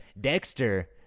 Dexter